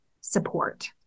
support